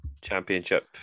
championship